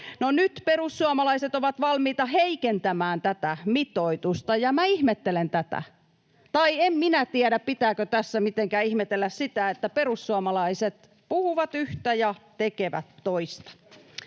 Nyt perussuomalaiset ovat valmiita heikentämään tätä mitoitusta, ja minä ihmettelen tätä — tai en minä tiedä, pitääkö tässä mitenkään ihmetellä sitä, että perussuomalaiset puhuvat yhtä ja tekevät toista.